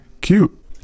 cute